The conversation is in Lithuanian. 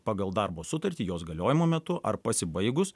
pagal darbo sutartį jos galiojimo metu ar pasibaigus